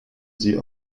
sie